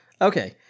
Okay